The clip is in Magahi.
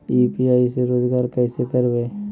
यु.पी.आई से रोजगार कैसे करबय?